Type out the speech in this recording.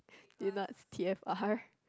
you know what's t_f_r